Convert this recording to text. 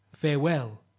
farewell